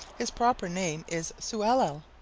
his proper name is sewellel.